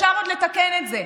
אפשר עוד לתקן את זה.